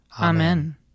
Amen